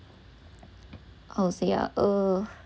how to say ah uh